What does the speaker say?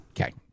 Okay